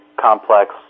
complex